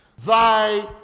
Thy